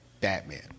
Batman